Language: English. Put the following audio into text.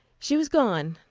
she was gone,